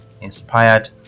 inspired